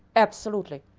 absolutely.